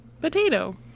Potato